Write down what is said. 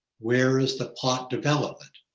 where's the plot development,